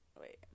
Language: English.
Wait